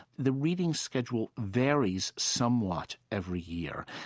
the reading schedule varies somewhat every year,